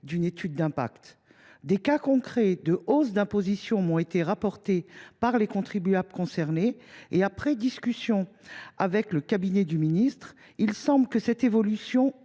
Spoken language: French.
à une étude d’impact. Des cas concrets de hausses d’imposition m’ont été rapportés par les contribuables concernés. Après discussion avec le cabinet de M. le ministre de l’économie, il semble que cette évolution